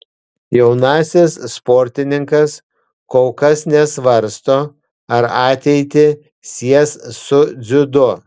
jaunasis sportininkas kol kas nesvarsto ar ateitį sies su dziudo